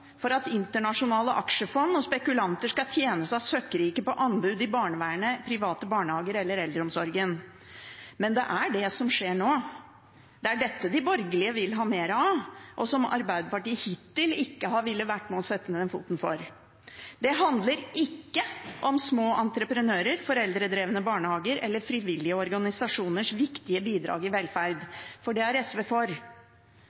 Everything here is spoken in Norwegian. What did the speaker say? for at internasjonale aksjefond og spekulanter skal tjene seg søkkrike på anbud i barnevernet, private barnehager eller eldreomsorgen. Men det er det som skjer nå. Det er dette de borgerlige vil ha mer av, og som Arbeiderpartiet hittil ikke har villet være med og sette ned foten for. Det handler ikke om små entreprenører, foreldredrevne barnehager eller frivillige organisasjoners viktige bidrag i